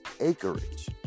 acreage